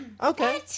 Okay